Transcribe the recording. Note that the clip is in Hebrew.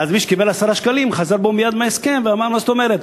ואז מי שקיבל 10 שקלים חזר בו מייד מההסכם ואמר: מה זאת אומרת?